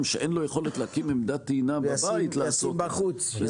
שאין לו יכולת להקים עמדת טעינה בבית לעשות את זה.